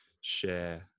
share